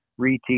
reteach